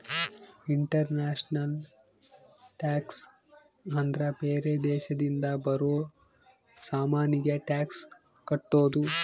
international tax ಅಂದ್ರ ಬೇರೆ ದೇಶದಿಂದ ಬರೋ ಸಾಮಾನಿಗೆ ಟ್ಯಾಕ್ಸ್ ಕಟ್ಟೋದು